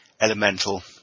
Elemental